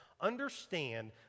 Understand